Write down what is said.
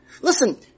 Listen